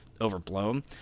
overblown